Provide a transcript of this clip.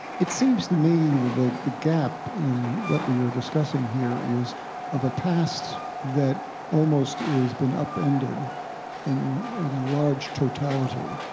it seems to me that the gap in what we are discussing here is of a past that almost is been upended in and a large totality.